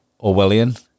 Orwellian